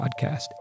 podcast